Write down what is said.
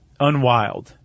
unwild